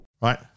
Right